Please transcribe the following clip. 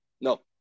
No